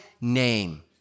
name